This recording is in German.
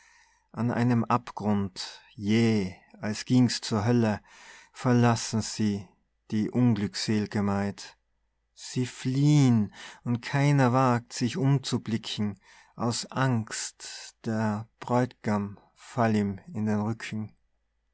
an einem abgrund jäh als ging's zur hölle verlassen sie die unglücksel'ge maid sie fliehn und keiner wagt sich umzublicken aus angst der bräut'gam fall ihm in den rücken